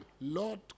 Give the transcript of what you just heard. Lord